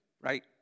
right